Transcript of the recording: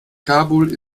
kabul